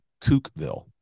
kookville